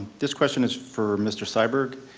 this question is for mr. syberg.